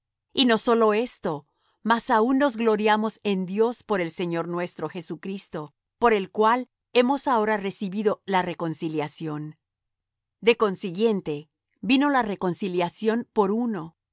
y no sólo esto mas aun nos gloriamos en dios por el señor nuestro jesucristo por el cual hemos ahora recibido la reconciliación de consiguiente vino la reconciliación por uno así